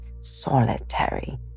solitary